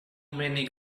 many